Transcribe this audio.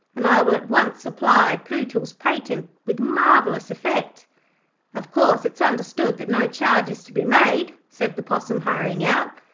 and i will at once apply pootles's patent with marvellous effect of course it's understood that no charge is to be made said the possum, hurrying out.